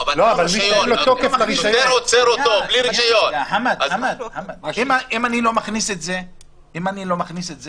שהמשטרה לא תהיה הדאגה שלכם, בסדר?